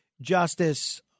Justice